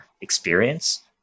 experience